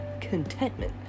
contentment